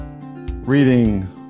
reading